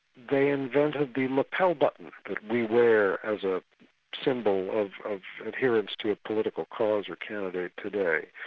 they invented the lapel button that we wear as a symbol of adherence to a political cause or candidate today.